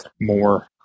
more